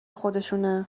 خودشونه